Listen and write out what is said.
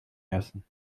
lassen